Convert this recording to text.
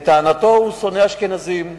לטענתו, הוא שונא אשכנזים,